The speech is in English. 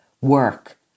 work